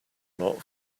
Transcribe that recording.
not